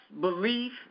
belief